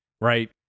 Right